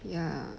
ya